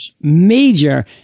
Major